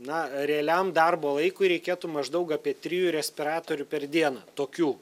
na realiam darbo laikui reikėtų maždaug apie trijų respiratorių per dieną tokių